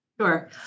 Sure